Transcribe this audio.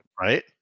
Right